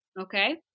okay